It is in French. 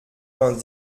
vingt